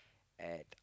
at